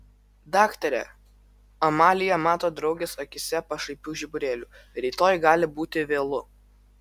daktare amalija mato draugės akyse pašaipių žiburėlių rytoj gali būti vėlu